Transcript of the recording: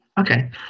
Okay